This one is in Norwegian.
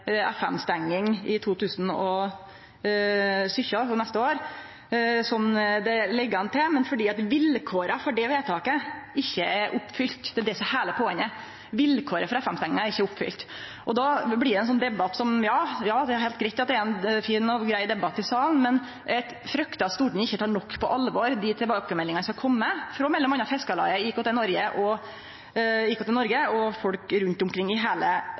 for FM-stenging i 2017, frå neste år, som det ligg an til, men fordi vilkåra for det vedtaket ikkje er oppfylte. Det er det som er heile poenget: Vilkåra for FM-stenginga er ikkje oppfylte. Ja, det er heilt riktig at det er ein fin og grei debatt i salen, men eg fryktar at Stortinget ikkje tek nok på alvor dei tilbakemeldingane som har kome frå m.a. Fiskarlaget, IKT-Norge og folk rundt omkring i heile